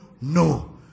no